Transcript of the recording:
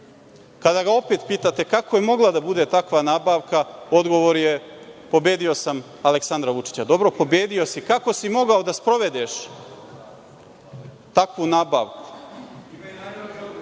Kada ga opet pitate kako je mogla da bude takva nabavka, odgovor je – pobedio sam Aleksandra Vučića. Dobro, pobedio si, kako si mogao da sprovedeš takvu nabavku? Odgovor